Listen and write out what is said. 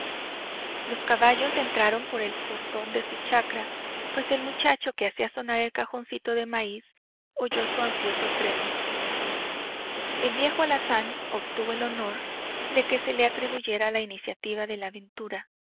los caballos entraron por el portón de su chacra pues el muchacho que hacía sonar el cajoncito de maíz oyó su ansioso trémulo el viejo alazán obtuvo el honor de que se le atribuyera la iniciativa de la aventura